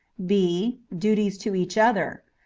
b. duties to each other.